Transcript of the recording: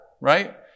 right